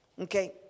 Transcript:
Okay